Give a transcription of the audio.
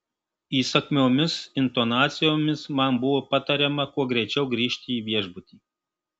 įsakmiomis intonacijomis man buvo patariama kuo greičiau grįžti į viešbutį